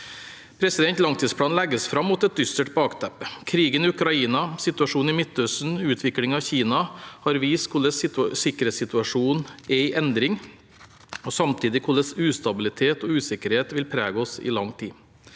aggresjonen. Langtidsplanen legges fram mot et dystert bakteppe. Krigen i Ukraina, situasjonen i Midtøsten og utviklingen i Kina har vist hvordan sikkerhetssituasjonen er i endring, og samtidig hvordan ustabilitet og usikkerhet vil prege oss i lang tid.